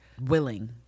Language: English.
willing